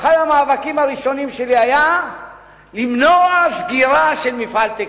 ואחד המאבקים הראשונים שלי היה למנוע סגירת מפעל טקסטיל.